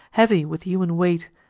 heavy with human weight,